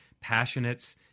passionate